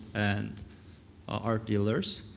and art dealers.